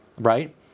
right